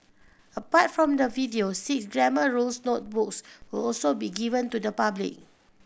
apart from the videos six Grammar Rules notebooks will also be given to the public